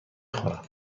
خورم